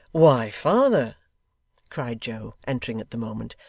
why, father cried joe, entering at the moment,